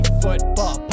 football